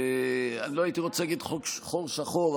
אני לא הייתי רוצה להגיד שהוא חור שחור,